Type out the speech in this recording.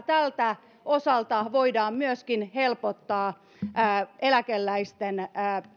tältä osalta voidaan myöskin helpottaa eläkeläisten